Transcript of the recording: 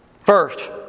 First